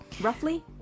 Roughly